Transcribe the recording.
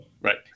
Right